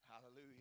Hallelujah